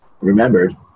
remembered